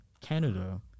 Canada